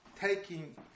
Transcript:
taking